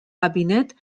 gabinet